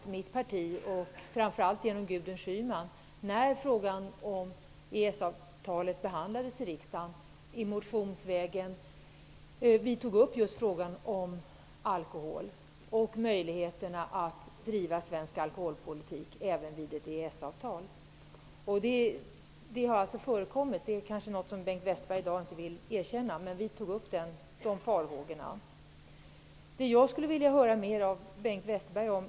När frågan om EES-avtalet behandlades i riksdagen tog mitt parti, framför allt genom Gudrun Schyman, upp just möjligheterna att driva svensk alkoholpolitik även vid ett EES avtal. Det har alltså förekommit; det kanske är något som Bengt Westerberg i dag inte vill erkänna, men vi tog upp alltså upp farhågorna för att det inte skulle bli möjligt att fortsätta att bedriva svensk alkoholpolitik.